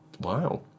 Wow